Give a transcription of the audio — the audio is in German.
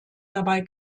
dabei